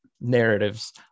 narratives